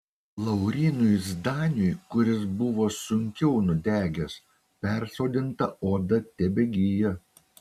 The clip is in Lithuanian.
laurynui zdaniui kuris buvo sunkiau nudegęs persodinta oda tebegyja